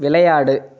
விளையாடு